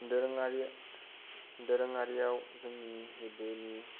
दोरोङारि दोरोङारियाव जोंनि गोदोनि